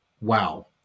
wow